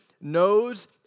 knows